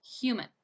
human